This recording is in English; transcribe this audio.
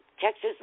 Texas